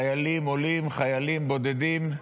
חיילים עולים, חיילים בודדים,